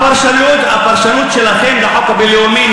הפרשנות שלכם לחוק הבין-לאומי,